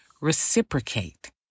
reciprocate